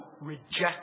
reject